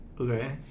Okay